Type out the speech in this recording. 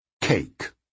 Cake